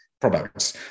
products